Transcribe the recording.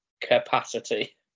capacity